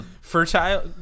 Fertile